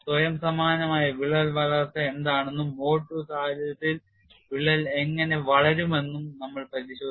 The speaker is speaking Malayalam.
സ്വയം സമാനമായ വിള്ളൽ വളർച്ച എന്താണെന്നും മോഡ് II സാഹചര്യത്തിൽ വിള്ളൽ എങ്ങനെ വളരുമെന്നും നമ്മൾ പരിശോധിച്ചു